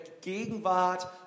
Gegenwart